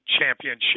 championship